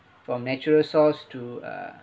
from natural source to uh